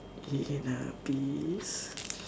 inner peace